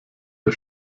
der